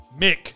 Mick